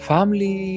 Family